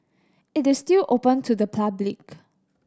it is still open to the public